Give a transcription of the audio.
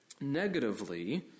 Negatively